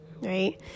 right